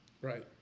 right